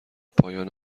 پایان